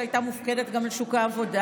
שהייתה מופקדת גם על שוק העבודה,